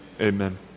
amen